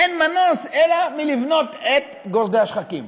אין מנוס אלא לבנות את גורדי-השחקים.